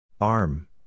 Arm